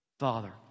Father